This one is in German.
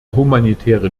humanitäre